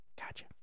gotcha